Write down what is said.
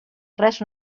res